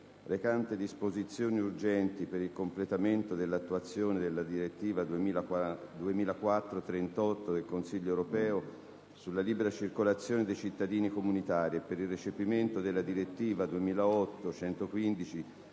recante disposizioni urgenti per il completamento dell'attuazione della direttiva 2004/38/CE sulla libera circolazione dei cittadini comunitari e per il recepimento della direttiva 2008/115/CE